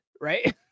right